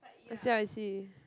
I see I see